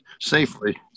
safely